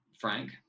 frank